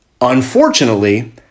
Unfortunately